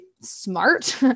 smart